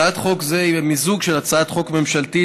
הצעת חוק זו היא מיזוג של הצעת חוק ממשלתית